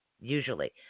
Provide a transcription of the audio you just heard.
usually